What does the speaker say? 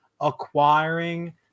acquiring